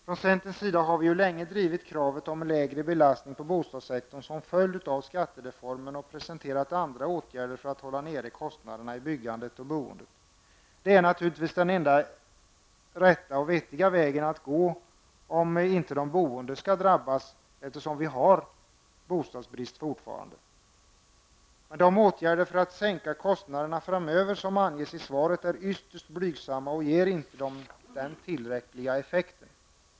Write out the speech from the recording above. Vi i centern har länge drivit kravet på en lägre belastning på bostadssektorn som en följd av skattereformen, och vi har presenterat förslag till andra åtgärder för att hålla nere kostnaderna i byggandet och boendet. Det är naturligtvis den enda rätta och vettiga vägen att gå. Annars drabbas de boende, eftersom det fortfarande finns en bostadsbrist. De åtgärder för att sänka kostnaderna framöver som anges i svaret är ytterst blygsamma och ger inte tillräcklig effekt.